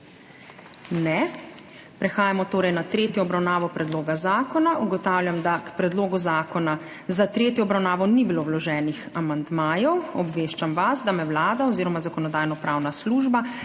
Ne. Prehajamo torej na tretjo obravnavo predloga zakona. Ugotavljam, da k predlogu zakona za tretjo obravnavo ni bilo vloženih amandmajev. Obveščam vas, da me Vlada oziroma Zakonodajno-pravna služba